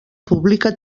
publica